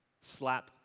Slap